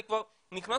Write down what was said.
אני נכנס